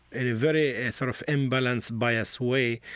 a very, sort of imbalanced, biased way,